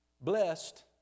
Blessed